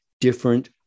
different